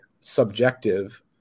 subjective